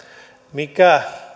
mikä